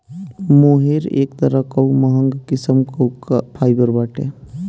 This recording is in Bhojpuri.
मोहेर एक तरह कअ महंग किस्म कअ फाइबर बाटे